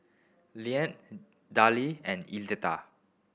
Leanne Dillie and Edla